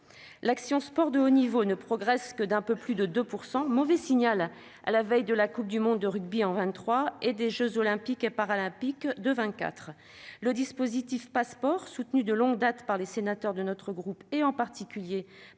du sport de haut niveau, ne progressent que d'un peu plus de 2 %, ce qui est un mauvais signal à la veille de la Coupe du monde de Rugby de 2023 et des jeux Olympiques et Paralympiques de 2024. Le dispositif Pass'Sport, soutenu de longue date par les sénateurs de notre groupe, en particulier par notre